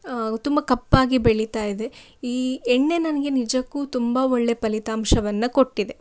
ತುಂಬ ಕಪ್ಪಾಗಿ ಬೆಳೀತಾ ಇದೆ ಈ ಎಣ್ಣೆ ನನಗೆ ನಿಜಕ್ಕೂ ತುಂಬ ಒಳ್ಳೆಯ ಫಲಿತಾಂಶವನ್ನು ಕೊಟ್ಟಿದೆ